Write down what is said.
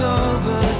over